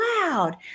loud